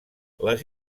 les